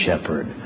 shepherd